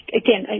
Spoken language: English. again